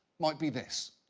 might be this